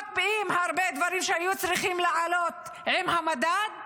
מקפיאים הרבה דברים שהיו צריכים לעלות עם המדד,